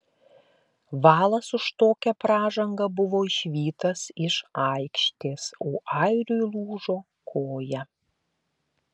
valas už tokią pražangą buvo išvytas iš aikštės o airiui lūžo koja